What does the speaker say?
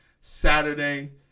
Saturday